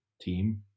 team